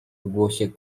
głosie